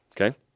Okay